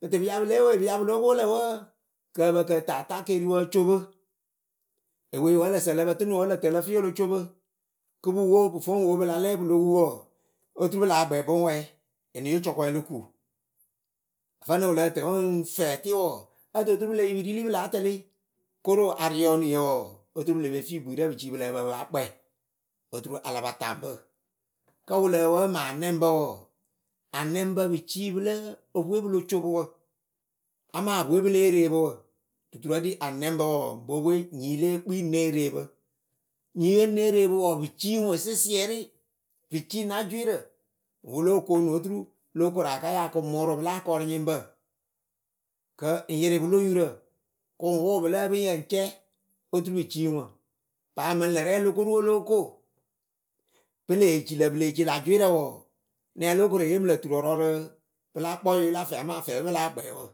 pɨ tɨ pɨ ya pɨ lée we pɨ y pɨ lóo po lǝ wǝǝ. Kǝ pǝ kǝ taata keeriwǝ o co pɨ. Ewee wǝ ǝ lǝ sǝ ǝ lǝ pǝ tɨnɨ oo ǝ lǝ tǝlǝ fɨ o lo copɨ kɨ pɨ wo. pɨ foŋ wo pɨla lɛ pɨ lo wʊ wɔɔ, vǝnɨŋ wɨ lǝ́ǝ tɨ wɨ ŋ fɛɛtɩ wɔɔ otǝ oturu pɨle yi rili pɨ láa tɛlɩ koro ariɔniyǝ wɔɔ oturu pɨ le pe fi bwiirǝ pɨ ciwɨ pɨ lǝ́ǝ pǝ pɨ pa kpɛ Oturu a la pa taŋ bɨ. Kǝ wɨ lǝ wǝǝ maŋ anɛŋbǝ wɔɔ anɛŋbǝ pɨ ci pɨlǝ opwe pɨ lo co pɨ wǝ amaa epwe pɨ lée reepɨ wǝ. Duturǝ ɖi anɛŋbǝ wɔɔ bopwe nyii lée kpi ne reepɨ. Nyiŋye née reepɨ wɔɔ, pɨ ci ŋwɨ sɩsɩɛrɩ, pɨ ci na jwɩɩrǝ. wɨ wɨ lóo koonu lo koraka ya kɨŋ mʊrɩ pɨla akɔrʊnyɩŋbǝ, kɨ ŋ yɩrɩ pɨlo yurǝ kɨŋ wʊ pɨlǝ ǝpɨŋyǝ ŋ cɛ oturu pɨ cii ŋwɨ. Paa mɨŋ lǝ rɛŋ o lo ko ru o lóo ko pɨ lee ci lǝ pɨ lee ci la jwɩɩrǝ wɔɔ, nɛŋ lo kore yemɨlǝ turɔɔrɔɔwǝ rɨ pɨla kpɔɛye la fɛɛwǝ amaa fɛɛwe pɨ láa kpɛ wǝ